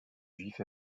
juif